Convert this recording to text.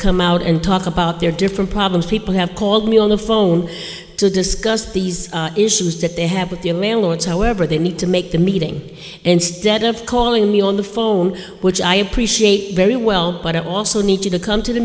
come out and talk about their different problems people have called me on the phone to discuss these issues that they have with the email and however they need to make the meeting instead of calling me on the phone which i appreciate very well but i also need to come to the